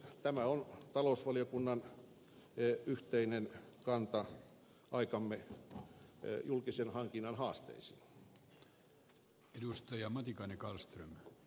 tämä on talousvaliokunnan yhteinen kanta aikamme julkisen hankinnan haasteisiin